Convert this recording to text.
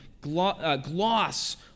gloss